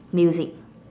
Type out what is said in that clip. music